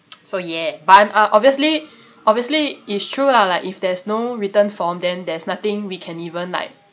so ya but um ah obviously obviously it's true lah like if there's no written form then there's nothing we can even like